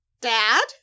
Dad